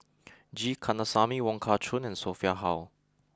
G Kandasamy Wong Kah Chun and Sophia Hull